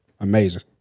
amazing